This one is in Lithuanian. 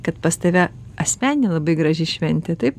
kad pas tave asmeninė labai graži šventė taip